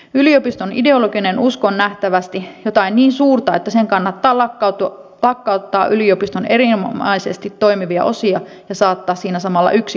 yliopiston ideologinen usko on nähtävästi jotain niin suurta että sen kannattaa lakkauttaa yliopiston erinomaisesti toimivia osia ja saattaa siinä samalla yksi kaupunki henkitoreihinsa